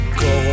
go